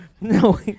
No